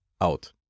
out